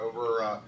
Over